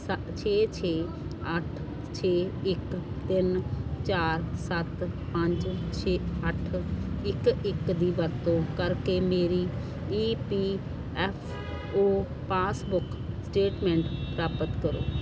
ਸੱ ਛੇ ਛੇ ਅੱਠ ਛੇ ਇੱਕ ਤਿੰਨ ਚਾਰ ਸੱਤ ਪੰਜ ਛੇ ਅੱਠ ਇੱਕ ਇੱਕ ਦੀ ਵਰਤੋਂ ਕਰਕੇ ਮੇਰੀ E P F O passbook statement ਪ੍ਰਾਪਤ ਕਰੋ